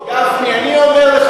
לא, גפני, אני אומר לך